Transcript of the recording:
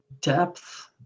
depth